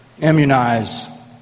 immunize